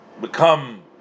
become